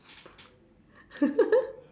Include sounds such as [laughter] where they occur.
[laughs]